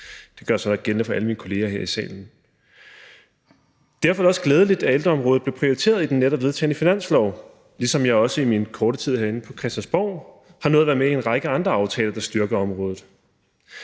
Det gør sig gældende for alle mine kolleger her i salen. Derfor er det også glædeligt, at ældreområdet bliver prioriteret i den netop vedtagne finanslov, ligesom jeg i min korte tid herinde på Christiansborg har været med i en række andre aftaler, som styrker området.